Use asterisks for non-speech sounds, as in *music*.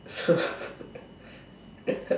*laughs*